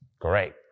Great